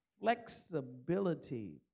flexibility